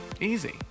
Easy